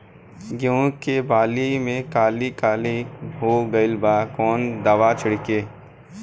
गेहूं के बाली में काली काली हो गइल बा कवन दावा छिड़कि?